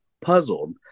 puzzled